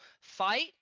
Fight